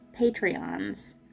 Patreons